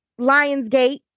Lionsgate